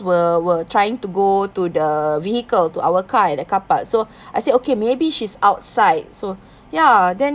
were were trying to go to the vehicle to our car at the car park so I said okay maybe she's outside so ya then